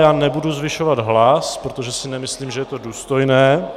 Já nebudu zvyšovat hlas, protože si nemyslím, že je to důstojné.